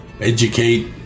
educate